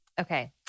okay